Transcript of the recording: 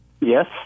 Yes